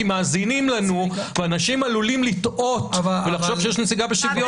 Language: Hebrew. כי מאזינים לנו ואנשים עלולים לטעות ולחשוב שיש נסיגה בשוויון.